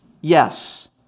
Yes